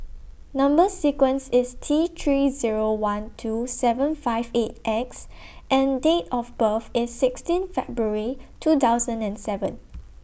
Number sequence IS T three Zero one two seven five eight X and Date of birth IS sixteen February two thousand and seven